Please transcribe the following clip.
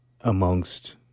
amongst